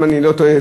אם אני לא טועה.